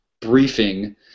Briefing